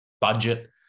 budget